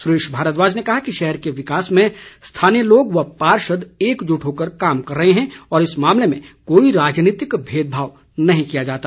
सुरेश भारद्वाज ने कहा कि शहर के विकास में स्थानीय लोग व पार्षद एकजुट होकर कार्य कर रहे हैं और इस मामले में कोई राजनीतिक भेदभाव नहीं किया जाता